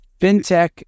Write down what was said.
fintech